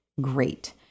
great